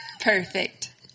Perfect